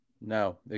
no